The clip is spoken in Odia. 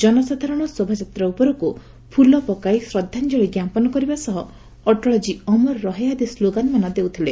ଜନସାଧାରଣ ଶୋଭାଯାତ୍ରା ଉପରକୁ ଫୁଲ ପକାଇ ଶ୍ରଦ୍ଧାଞ୍ଚଳି ଜ୍ଞାପନ କରିବା ସହ 'ଅଟଳଜୀ ଅମର ରହେ' ଆଦି ସ୍କୋଗାନମାନ ଦେଉଥିଲେ